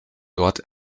dort